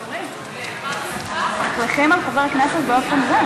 גברתי היושבת-ראש, חברי הכנסת, ועדת הכנסת קבעה